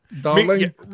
darling